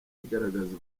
igaragaza